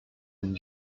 and